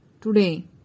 Today